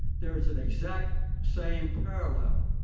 there is an exact same parallel